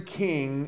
king